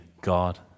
God